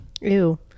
Ew